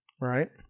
Right